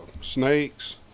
snakes